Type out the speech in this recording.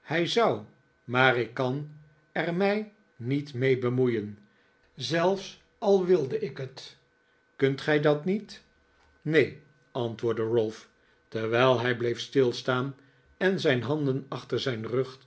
hij zou maar ik kan er mij niet mee bemoeien zelfs al wilde ik het kunt gij dat niet neen antwoordde ralph terwijl hij bleef stilstaan en zijn handen achter zijn rug